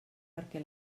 perquè